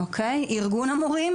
ארגון המורים